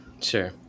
Sure